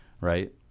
Right